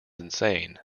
insane